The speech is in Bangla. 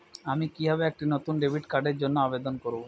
আমি কিভাবে একটি নতুন ডেবিট কার্ডের জন্য আবেদন করব?